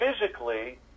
physically